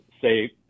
say